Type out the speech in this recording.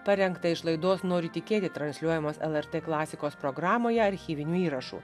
parengtą iš laidos noriu tikėti transliuojamos el er tė klasikos programoje archyvinių įrašų